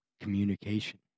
communication